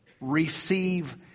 receive